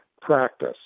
practice